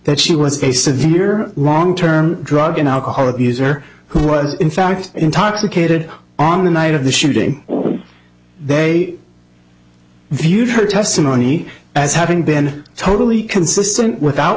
that she was a severe long term drug and alcohol abuser who was in fact intoxicated on the night of the shooting they viewed her testimony as having been totally consistent without